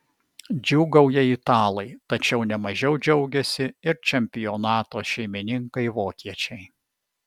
džiūgauja italai tačiau ne mažiau džiaugiasi ir čempionato šeimininkai vokiečiai